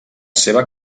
seva